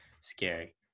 scary